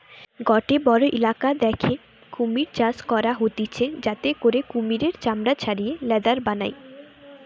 গটে বড়ো ইলাকা দ্যাখে কুমির চাষ করা হতিছে যাতে করে কুমিরের চামড়া ছাড়িয়ে লেদার বানায়